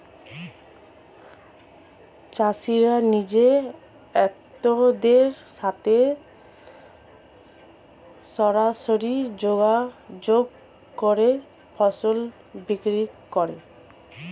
চাষিরা নিজে ক্রেতাদের সাথে সরাসরি যোগাযোগ করে ফসল বিক্রি করে